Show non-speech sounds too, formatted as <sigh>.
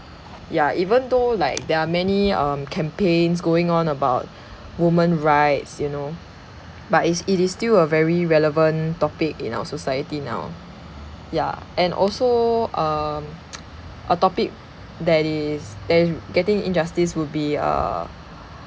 ya even though like there are many um campaigns going on about woman rights you know but is it is still a very relevant topic in our society now ya and also um <noise> a topic that is that is getting injustice would be uh